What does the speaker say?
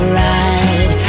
ride